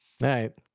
right